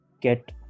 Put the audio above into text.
get